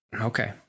Okay